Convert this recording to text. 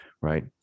right